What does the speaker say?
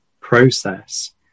process